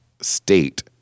state